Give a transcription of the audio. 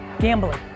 gambling